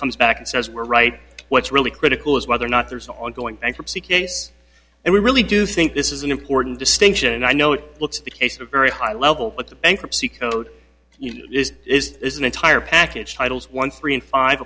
comes back and says we're right what's really critical is whether or not there's an ongoing bankruptcy case and we really do think this is an important distinction and i know it looks the case a very high level but the bankruptcy code is an entire package titles one three and five